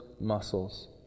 muscles